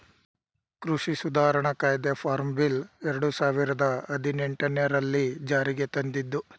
ಕೃಷಿ ಸುಧಾರಣಾ ಕಾಯ್ದೆ ಫಾರ್ಮ್ ಬಿಲ್ ಎರಡು ಸಾವಿರದ ಹದಿನೆಟನೆರಲ್ಲಿ ಜಾರಿಗೆ ತಂದಿದ್ದು